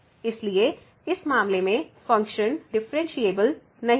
इसलिए इस मामले में फ़ंक्शन डिफ़्फ़रेनशियेबल नहीं है